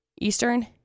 Eastern